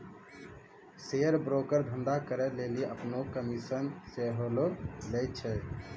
share broker धंधा करै लेली अपनो कमिशन सेहो लै छै